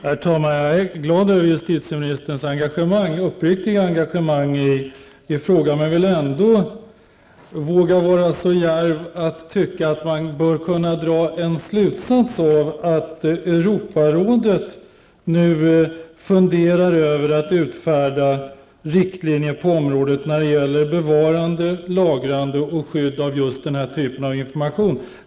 Herr talman! Jag är glad över justitieministerns uppriktiga engagemang i frågan, men jag vågar ändå vara så djärv att jag tycker att man borde dra en slutsats av att Europarådet nu funderar över att utfärda riktlinjer inom området när det gäller lagrande, bevarande och skydd av just den här typen av information.